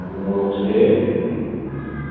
ꯎꯃꯣꯔꯣꯛꯁꯦ